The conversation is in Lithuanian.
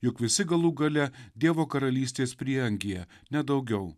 juk visi galų gale dievo karalystės prieangyje ne daugiau